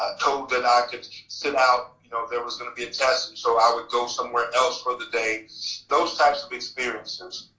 ah told that i could sit out. you know there was going to be a test so i would go somewhere else for the day those types of experiences.